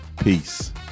Peace